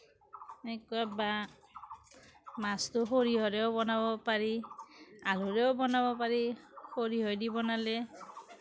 এনেকুৱা বা মাছটো সৰিয়হেৰেও বনাব পাৰি আলুৰেও বনাব পাৰি সৰিয়হেদি বনালে